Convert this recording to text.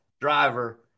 Driver